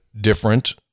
different